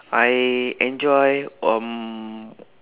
I enjoy um